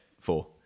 four